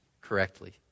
correctly